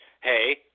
hey